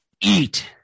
eat